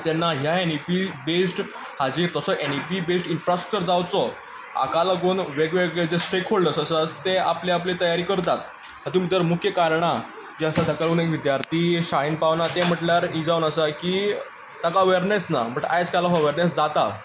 तेन्ना ह्या N E P based हाचेर तसो N E P based infrastructure जावंचो हाका लागून वेग वेगळे जे स्टेक होलडर्स आसात ते आपली आपली तयारी करतात हातूंत भितर मुख्य कारणां जीं आसात तातूंत एक विद्यार्थी शाळेंत पावना तें म्हटल्यार ही जावन आसा की ताका अवेरनस ना बट आयजकाल हो अवेरनस जाता